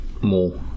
more